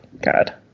God